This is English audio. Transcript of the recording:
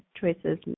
Choices